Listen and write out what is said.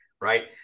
right